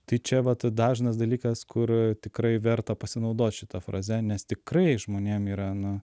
tai čia vat dažnas dalykas kur tikrai verta pasinaudot šita fraze nes tikrai žmonėm yra na